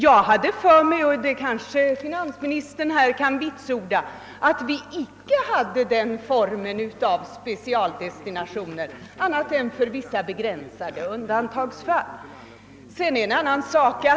Jag hade för mig — och finansministern kanske kan vitsorda detta att vi icke arbetade med någon form av specialdestinationer annat än för vissa begränsade undantag.